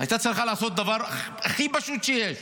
הייתה צריכה לעשות דבר הכי פשוט שיש: